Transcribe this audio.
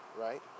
right